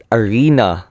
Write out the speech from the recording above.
arena